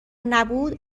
نبود